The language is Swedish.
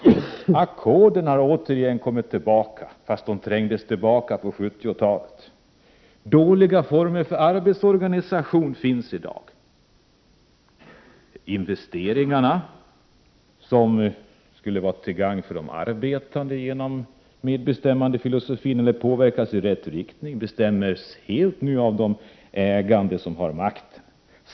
Ackorden har återkommit, trots att de trängdes tillbaka på 70-talet. Dåliga former för arbetsorganisation finns i dag. Investeringarna, som skulle vara till gagn för de arbetande genom medbestämmandefilosofin eller påverkas i rätt riktning, bestäms nu helt av de ägande, som har makten.